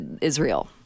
Israel